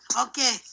Okay